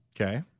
Okay